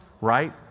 Right